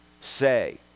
say